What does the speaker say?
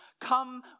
Come